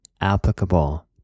applicable